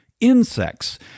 insects